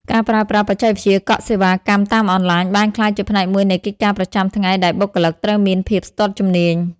ការប្រើប្រាស់បច្ចេកវិទ្យាកក់សេវាកម្មតាមអនឡាញ បានក្លាយជាផ្នែកមួយនៃកិច្ចការប្រចាំថ្ងៃដែលបុគ្គលិកត្រូវមានភាពស្ទាត់ជំនាញ។